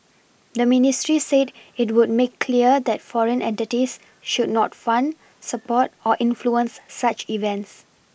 the ministry said it would make clear that foreign entities should not fund support or influence such events